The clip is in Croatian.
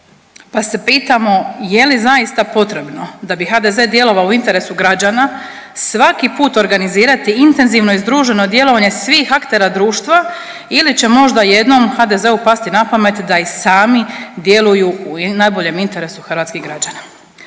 pa se pitamo je li zaista potrebno da bi HDZ djelovao u interesu građana, svaki put organizirati intenzivno i združeno djelovanje svih aktera društva ili će možda jednom HDZ-u pasti napamet da i sami djeluju u najboljem interesu hrvatskih građana.